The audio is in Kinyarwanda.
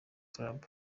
club